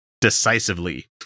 decisively